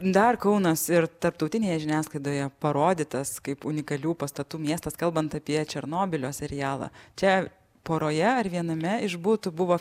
dar kaunas ir tarptautinėje žiniasklaidoje parodytas kaip unikalių pastatų miestas kalbant apie černobylio serialą čia poroje ar viename iš butų buvo